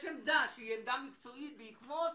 יש עמדה שהיא עמדה מקצועית בעקבות